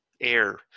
air